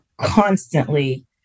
constantly